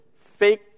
fake